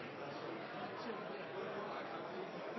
Det er sånn